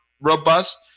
robust